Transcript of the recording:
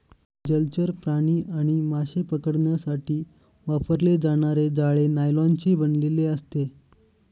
जलचर प्राणी आणि मासे पकडण्यासाठी वापरले जाणारे जाळे नायलॉनचे बनलेले असते